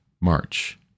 March